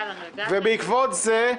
יאללה, נרגעתם?